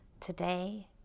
Today